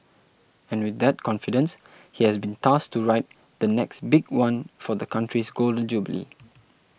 and with that confidence he has been tasked to write the 'next big one' for the country's Golden Jubilee